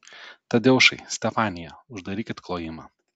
tadeušai stefanija uždarykit klojimą